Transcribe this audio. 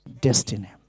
Destiny